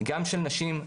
גם של נשים,